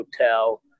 hotel